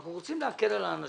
אנחנו רוצים להקל על האנשים.